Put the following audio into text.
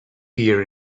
hear